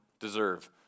deserve